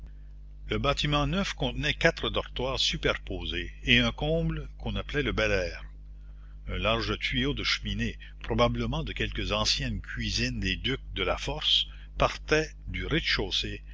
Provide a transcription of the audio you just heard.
le bâtiment neuf contenait quatre dortoirs superposés et un comble qu'on appelait le bel air un large tuyau de cheminée probablement de quelque ancienne cuisine des ducs de la force partait du rez-de-chaussée